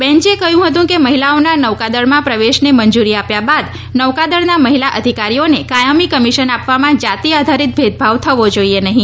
બેન્ચે કહ્યું કે મહિલાઓના નૌકાદળમાં પ્રવેશને મંજુરી આપ્યા બાદ નૌકાદળના મહિલા અધિકારીઓને કાયમી કમિશન આપવામાં જાતિ આધારિત ભેદભાવ થવો જોઈએ નહીં